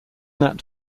that